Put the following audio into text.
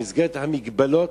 במסגרת המגבלות,